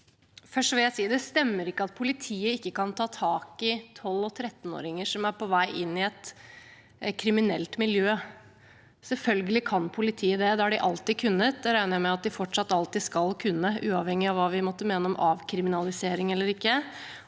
Først vil jeg si at det ikke stemmer at politiet ikke kan ta tak i 12- og 13-åringer som er på vei inn i et kriminelt miljø. Selvfølgelig kan politiet det. Det har de alltid kunnet, og det regner jeg med at de fortsatt alltid skal kunne, uavhengig av hva vi måtte mene om avkriminalisering. Målet er